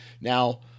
Now